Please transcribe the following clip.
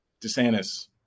DeSantis